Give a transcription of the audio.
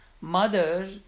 Mother